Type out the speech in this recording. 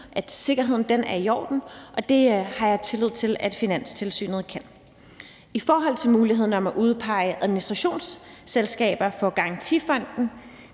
at sikkerheden er i orden, og det har jeg tillid til at Finanstilsynet kan. I forhold til muligheden for at udpege administrationsselskaber for Garantifonden